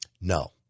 No